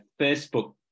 Facebook